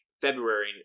February